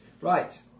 Right